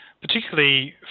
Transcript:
particularly